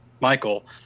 Michael